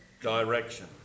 direction